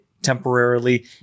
Temporarily